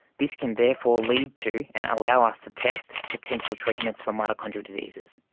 this can therefore lead to and allow us to test potential treatments for mitochondrial diseases.